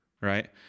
right